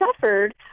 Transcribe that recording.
suffered